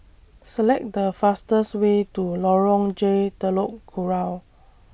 Select The fastest Way to Lorong J Telok Kurau